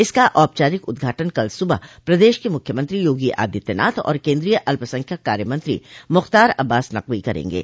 इसका औपचारिक उद्घाटन कल सुबह प्रदेश के मुख्यमंत्री योगी आदित्यनाथ और केन्द्रीय अल्पसंख्यक कार्य मंत्री मुख्तार अब्बास नक़वी करेंगे